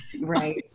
Right